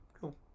cool